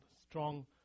strong